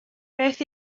beth